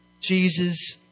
Jesus